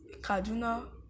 Kaduna